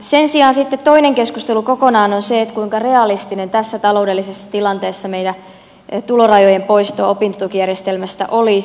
sen sijaan sitten kokonaan toinen keskustelu on se kuinka realistinen tässä taloudellisessa tilanteessa meillä tulorajojen poisto opintotukijärjestelmästä olisi